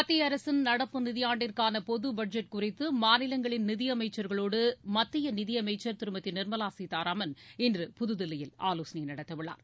மத்திய அரசின் நடப்பு நிதியாண்டிற்கான பொது பட்ஜெட் குறித்து மாநிலங்களின் நிதியமைச்சர்களோடு மத்திய நிதியமைச்சர் திருமதி நிர்மலா சீதாராமன் இன்று புதுதில்லியில் ஆலோசனை நடத்த உள்ளார்